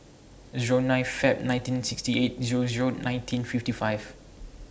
Zero nine Feb nineteen sixty eight Zero Zero nineteen fifty five